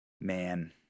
man